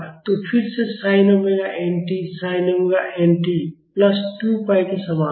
तो फिर से sine omega nt sine omega nt plus 2 pi के समान होगा